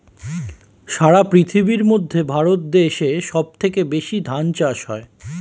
সারা পৃথিবীর মধ্যে ভারত দেশে সব থেকে বেশি ধান চাষ হয়